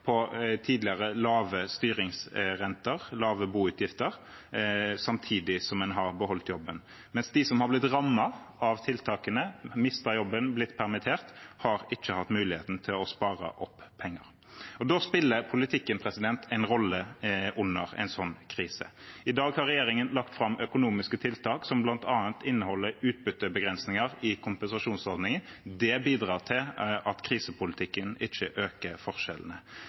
på tidligere lave styringsrenter og lave boutgifter, samtidig som man har beholdt jobben, mens de som har blitt rammet av tiltakene og har mistet jobben eller blitt permittert, ikke har hatt muligheten til å spare opp penger. Politikken spiller en rolle under en sånn krise. I dag har regjeringen lagt fram økonomiske tiltak som bl.a. inneholder utbyttebegrensing i kompensasjonsordningene. Det bidrar til at krisepolitikken ikke øker forskjellene.